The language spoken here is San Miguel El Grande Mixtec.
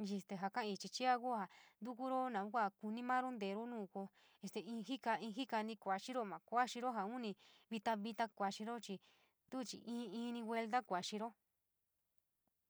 jii ka’aii ichi chiia kua ntukuro naun kua kuni maro ntero nuu ko este in jika, kuanxin maa kuanxiro jaa uni vita, vita kuaxiro chii tuu chii in, in vuelta kuaxiro.